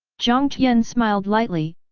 jiang tian smiled lightly,